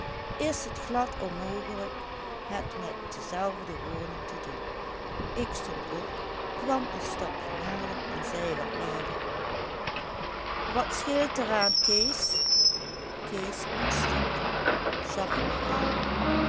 is t glad onmogelijk het met dezelfde woorden te doen ik stond op kwam een stapje nader en zei wat luider wat scheelt er aan kees kees ontstelde zag mij aan